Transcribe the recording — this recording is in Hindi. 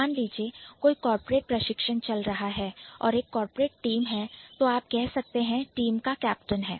मान लीजिए कोई कॉर्पोरेट प्रशिक्षण चल रहा है और एक कॉर्पोरेट टीम है तो आप कह सकते हैं कि टीम का कप्तान है